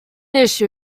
issue